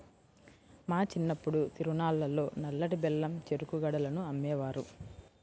మా చిన్నప్పుడు తిరునాళ్ళల్లో నల్లటి బెల్లం చెరుకు గడలను అమ్మేవారు